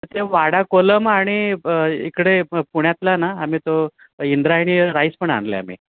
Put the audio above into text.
ते वाडा कोलम आणि प इकडे प पुण्यातला ना आम्ही तो इंद्रायणी राईस पण आणाला आहे आम्ही